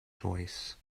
choice